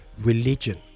Religion